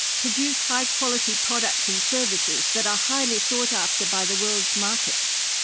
produce high quality products and services that are highly sought after by the world's markets.